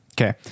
Okay